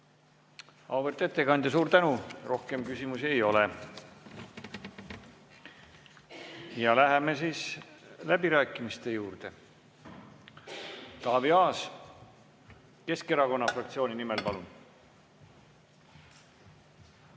Auväärt ettekandja, suur tänu! Rohkem küsimusi ei ole. Läheme läbirääkimiste juurde. Taavi Aas Keskerakonna fraktsiooni nimel, palun!